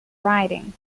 writing